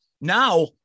Now